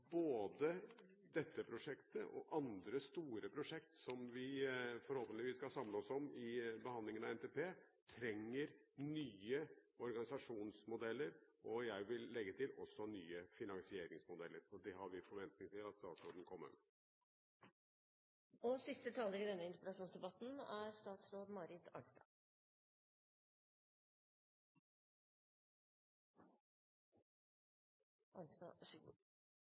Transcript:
både dette prosjektet og andre store prosjekter som vi forhåpentligvis skal samle oss om i behandlingen av NTP, trenger nye organisasjonsmodeller og – jeg vil legge til – nye finansieringsmodeller. Det har vi forventninger om at statsråden kommer med. Jeg vil også takke interpellanten for en interessant debatt. Jeg skjønner av innleggene at det er